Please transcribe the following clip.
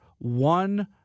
One